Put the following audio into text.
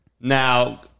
Now